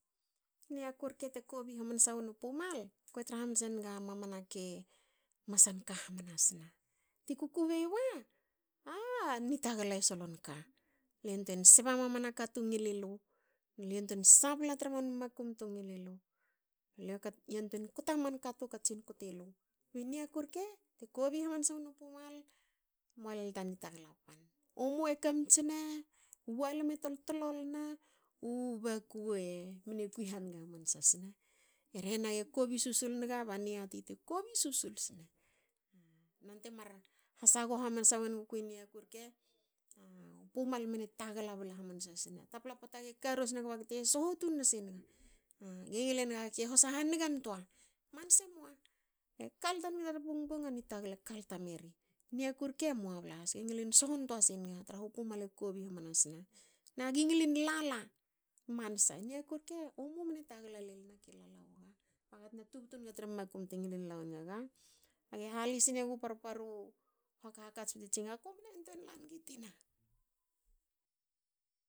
Niaku rke te kobi hamansa wnu pumal. ko tra hamanse nga mamana ka e masal ka hamanas na. Ti kukubei wa. a nitagla e solon ka. Le yantuein sbe a mamana ka tu ngil ilu. le yantuei sabla tra mamana makum tu ngil ilu. lu yantwein kta manka tu katsin kti lu. I niaku rke te kobi hamansa wnu pumal. moa lol ta nitagla. u mu e kamits na. walme toltolol na. u baku mne kui hange hamansa sne. e rhe na ge kobi susul nga ba niati te kobi susul sne. Non te mar sagho hamansa wonguku i niaku rke. Pumal mne tagla bla hamansa sne. tapla poata, ge karos nga bte sho tun nasinga. Ge ngil enga gake hosa hange ntoa. manse emoa. ge kalta nga tar bongbong ani tagala e kalta meri. Niaku rke moa bla has. ge ngilin sho ntoa singa tra ha u pumal e kobi hamansana. Na gi ngilin lala i mansa. Niaku rke u mu mne tagla lel ne ka lala wu ga baga te na tubtu nga tra makum te ngilin la wongaga. Age hali sinegu parparu hak hakats bte tsine nga," aku mne yantwein langi tina"